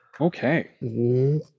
Okay